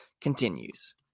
continues